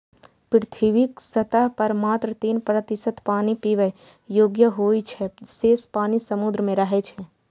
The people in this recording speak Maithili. पृथ्वीक सतह पर मात्र तीन प्रतिशत पानि पीबै योग्य होइ छै, शेष पानि समुद्र मे रहै छै